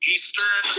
Eastern